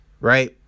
right